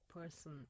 person